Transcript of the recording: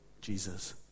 Jesus